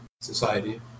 society